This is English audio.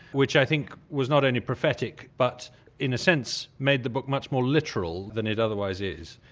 which i think was not only prophetic but in a sense made the book much more literal than it otherwise is.